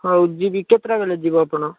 ହଉ ଯିବି କେତେଟା ବେଳେ ଯିବ ଆପଣ